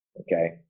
Okay